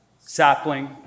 Sapling